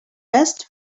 best